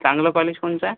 चांगलं कॉलेज कोणतं आहे